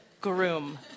Groom